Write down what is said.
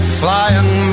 flying